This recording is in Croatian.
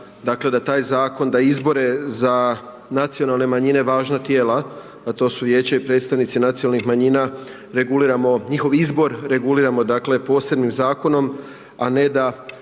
da taj zakon, da izbore za Nacionalne manjine važna tijela a to su vijeće i predstavnici nacionalnih manjina, reguliramo, njihov izbor reguliramo dakle posebnim zakonom a ne da